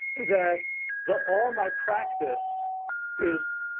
that the all my practice is,